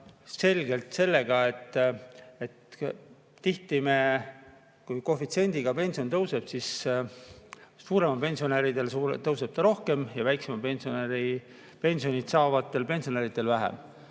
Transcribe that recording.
selgelt sellega, et kui koefitsiendiga pension tõuseb, siis suurema [pensioniga] pensionäridel tõuseb ta rohkem ja väiksemat pensioni saavatel pensionäridel vähem.